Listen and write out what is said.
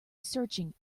searching